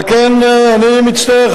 על כן אני מצטער,